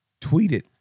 tweeted